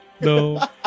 No